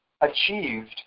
achieved